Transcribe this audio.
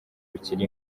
bikiri